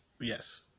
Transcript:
Yes